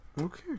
Okay